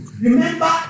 Remember